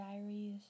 diaries